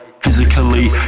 Physically